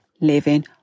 Living